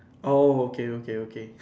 oh okay okay okay